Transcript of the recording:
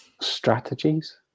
strategies